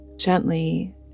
gently